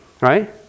right